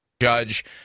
judge